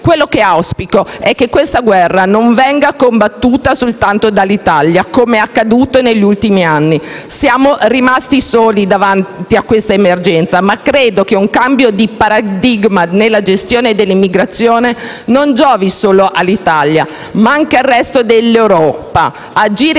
Quello che auspico è che questa guerra non venga combattuta soltanto dall'Italia, com'è accaduto negli ultimi anni. Siamo rimasti soli davanti a questa emergenza, ma credo che un cambio di paradigma nella gestione dell'immigrazione giovi non soltanto all'Italia, ma anche al resto dell'Europa. Agire